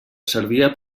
servia